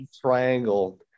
triangle